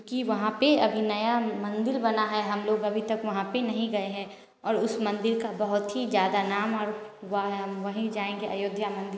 क्योंकि वहाँ पर अभी नया मंदिर बना है हम लोग अभी तक वहाँ पर नहीं गए हैं और उस मंदिर का बहुत ही नाम और हुआ है हम वहीं जाएंगे अयोध्या मंदिर